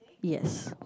yes